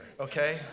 okay